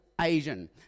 asian